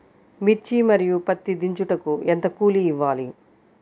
మిర్చి మరియు పత్తి దించుటకు ఎంత కూలి ఇవ్వాలి?